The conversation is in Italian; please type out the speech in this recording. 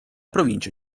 provincia